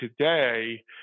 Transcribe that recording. today